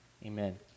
Amen